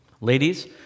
Ladies